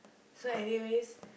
so anyways